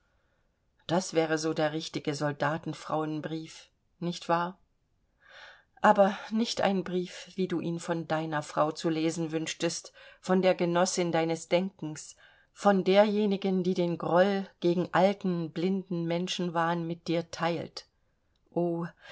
das wäre so der richtige soldatenfrauen brief nicht wahr aber nicht ein brief wie du ihn von deiner frau zu lesen wünschtest von der genossin deines denkens von derjenigen die den groll gegen alten blinden menschenwahn mit dir teilt o